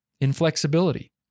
inflexibility